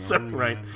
Right